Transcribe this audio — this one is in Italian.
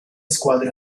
squadre